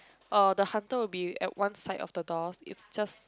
uh the hunter will be at one side of the doors it's just